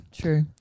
true